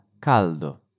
Caldo